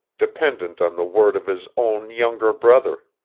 dependent on the word of his own younger brother.